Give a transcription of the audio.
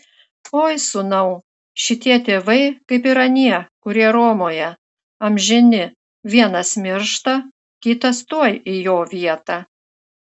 oi sūnau šitie tėvai kaip ir anie kurie romoje amžini vienas miršta kitas tuoj į jo vietą